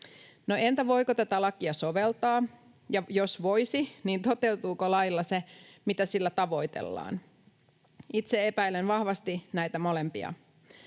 entä voiko tätä lakia soveltaa, ja jos voisi, niin toteutuuko lailla se, mitä sillä tavoitellaan? Itse epäilen vahvasti näitä molempia.